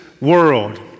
world